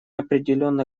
определенно